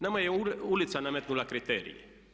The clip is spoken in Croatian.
Nama je ulica nametnula kriterije.